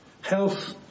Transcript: health